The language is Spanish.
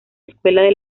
escuela